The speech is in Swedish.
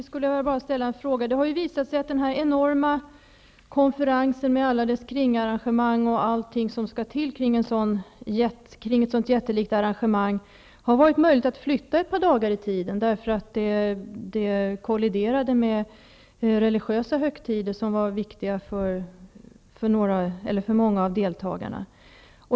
Herr talman! Det har ju visat sig att denna enorma konferens med alla dess kringarrangemang och allt som skall till kring ett så jättelikt arrangemang, har varit möjlig att flytta ett par dagar i tiden. Den kolliderade med religiösa högtider som var viktiga för många av deltagarna.